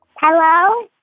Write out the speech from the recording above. Hello